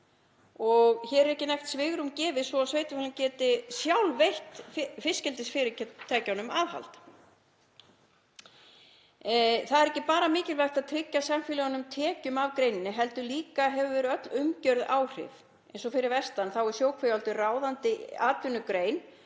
og hér er ekki nægt svigrúm gefið svo sveitarfélögin geti sjálf veitt fiskeldisfyrirtækjunum aðhald. Það er ekki bara mikilvægt að tryggja samfélögunum tekjur af greininni heldur hefur líka öll umgjörð áhrif. Eins og fyrir vestan þá er sjókvíaeldi ráðandi atvinnugrein